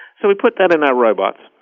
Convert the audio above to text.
so we put that in our robots.